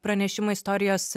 pranešimą istorijos